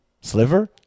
Sliver